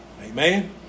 Amen